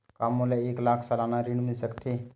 का मोला एक लाख सालाना ऋण मिल सकथे?